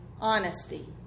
honesty